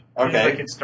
Okay